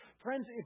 Friends